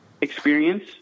experience